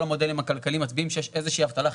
כל המודלים הכלכליים מצביעים שיש איזה שהיא אבטלה חיכוכית,